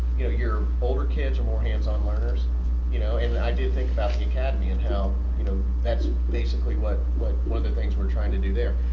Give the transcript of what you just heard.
you know your older kids are more hands on learners you know and i did think about the academy and how you know that's basically what what one of the things we're trying to do there.